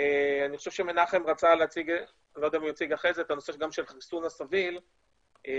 אני חושב שמנחם רצה להציג את הנושא של החיסון הסביל שזה